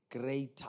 Greater